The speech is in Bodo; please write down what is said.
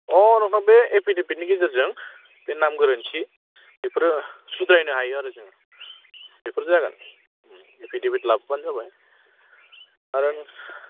अ नोंथां बे एफिडेभिडनि गेजेरजों बे नाम गोरोन्थि बेफोरो सुद्रायनो हायो आरो जोङो बेफोरो जागोन ओम एफिडेभिड लाबोबानो जाबाय आरो